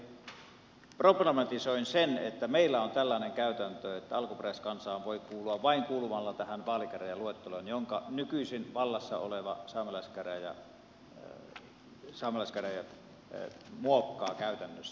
puheenvuorossani problematisoin sen että meillä on tällainen käytäntö että alkuperäiskansaan voi kuulua vain kuulumalla tähän vaalikäräjäluetteloon jonka nykyisin vallassa oleva saamelaiskäräjät muokkaa käytännössä